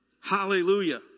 hallelujah